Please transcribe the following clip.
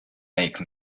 make